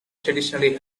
traditionally